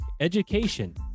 education